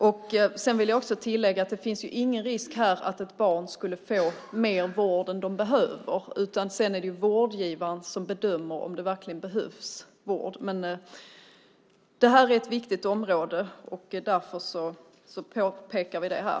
Jag vill också tillägga att det inte finns någon risk för att ett barn skulle få mer vård än det behöver. Sedan är det vårdgivaren som bedömer om det verkligen behövs vård. Detta är ett viktigt område. Därför påpekar vi det här.